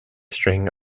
string